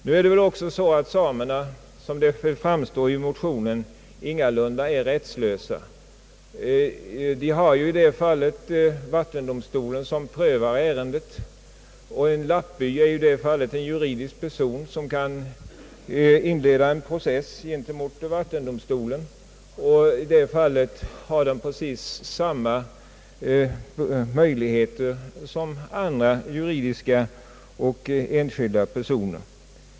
Det är väl också så att samerna på det sätt som framgår av motionen ingalunda är rättslösa. Det är i detta fall vattendomstolen som prövar ärendet, och en lappby är i det fallet en juridisk person som kan inleda en process gentemot vattendomstolen. Den har i detta sammanhang samma möjligheter som andra juridiska och enskilda personer.